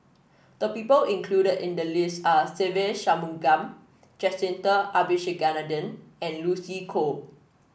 the people included in the list are Se Ve Shanmugam Jacintha Abisheganaden and Lucy Koh